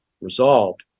resolved